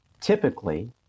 typically